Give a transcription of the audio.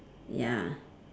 ya